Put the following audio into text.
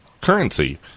currency